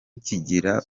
kigira